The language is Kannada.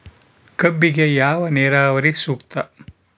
ಕಬ್ಬಿಗೆ ಯಾವ ನೇರಾವರಿ ಸೂಕ್ತ?